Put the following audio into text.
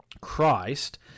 Christ